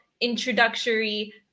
introductory